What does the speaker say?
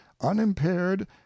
unimpaired